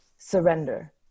surrender